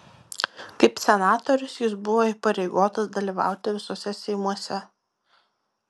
kaip senatorius jis buvo įpareigotas dalyvauti visuose seimuose